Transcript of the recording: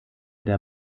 der